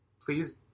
Please